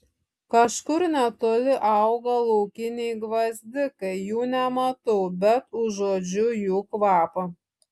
kažkur netoli auga laukiniai gvazdikai jų nematau bet užuodžiu jų kvapą